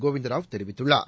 கோவிந்த ராவ் தெரிவித்துள்ளார்